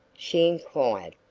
she inquired.